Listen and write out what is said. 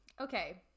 Okay